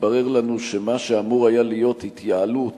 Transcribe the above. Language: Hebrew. התברר לנו שמה שהיה אמור להיות התייעלות